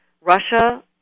Russia